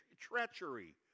treachery